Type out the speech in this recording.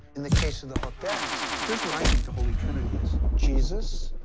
in the case of the hooked x, here's what i think the holy trinity is jesus,